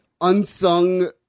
unsung